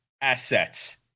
assets